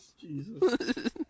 Jesus